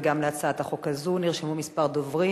גם להצעת החוק הזו נרשמו כמה דוברים.